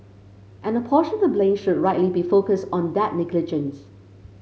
and a portion of the blame should rightly be focused on that negligence